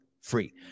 Free